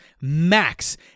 max